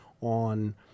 on